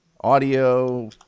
audio